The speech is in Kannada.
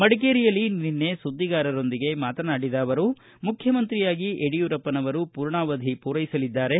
ಮಡಿಕೇರಿಯಲ್ಲಿ ನಿನ್ನೆ ಸುದ್ದಿಗಾರರೊಂದಿಗೆ ಮಾತನಾಡಿದ ಅವರು ಮುಖ್ಯಮಂತ್ರಿಯಾಗಿ ಯಡಿಯೂರಪ್ಪನವರು ಮೂರ್ಣಾವಧಿ ಮೂರೈಸಲಿದ್ದಾರೆ